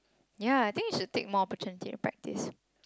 ya I think you should take more opportunity and practise